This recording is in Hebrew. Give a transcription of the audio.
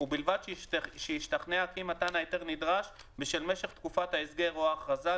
ובלבד שהשתכנעה כי מתן ההיתר נדרש בשל משך תקופת ההסגר או ההכרזה,